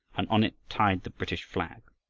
and on it tied the british flag.